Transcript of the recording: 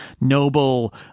noble